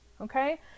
okay